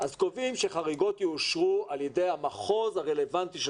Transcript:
אז קובעים שחריגות יאושרו על ידי המחוז הרלוונטי של